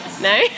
No